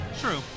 True